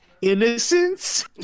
innocence